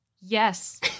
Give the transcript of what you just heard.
Yes